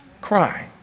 cry